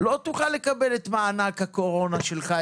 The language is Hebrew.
לא תוכל לקבל את מענק הקורונה שלך,